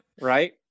Right